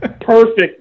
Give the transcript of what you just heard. perfect